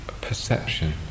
perception